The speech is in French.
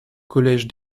collège